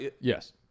Yes